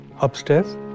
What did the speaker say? upstairs